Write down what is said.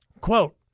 Quote